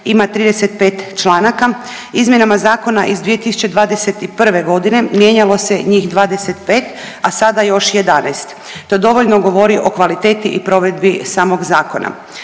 ima 35 članaka. Izmjenama zakona iz 2021. godine mijenjalo se njih 25, a sada još 11. To dovoljno govori o kvaliteti i provedbi samog zakona.